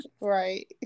Right